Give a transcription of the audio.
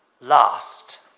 last